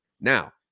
Now